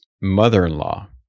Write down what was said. mother-in-law